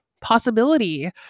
possibility